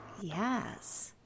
Yes